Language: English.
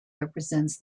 represents